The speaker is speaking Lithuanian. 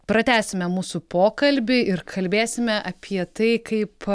pratęsime mūsų pokalbį ir kalbėsime apie tai kaip